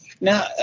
Now